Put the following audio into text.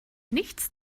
nichts